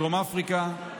בדרום אפריקה.